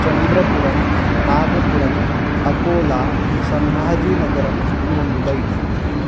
चन्द्रपुरं नागपुरम् अकोला सम्भाजीनगरं मुम्बै